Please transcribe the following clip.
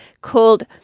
called